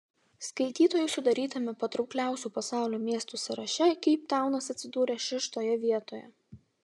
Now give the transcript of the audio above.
skaitytojų sudarytame patraukliausių pasaulio miestų sąraše keiptaunas atsidūrė šeštoje vietoje